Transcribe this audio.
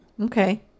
Okay